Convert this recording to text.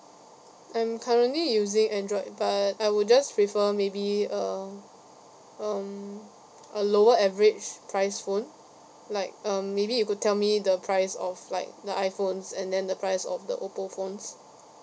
I'm currently using android but I would just prefer maybe a um a lower average price phone like um maybe you could tell me the price of like the iPhones and then the price of the Oppo phones